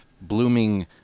blooming